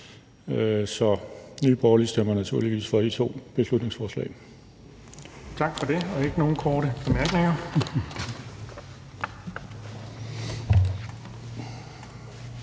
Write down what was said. Nye Borgerlige stemmer naturligvis for de to beslutningsforslag.